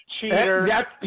Cheater